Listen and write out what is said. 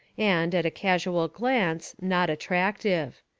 and, at a casual glance, not attractive.